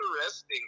Interesting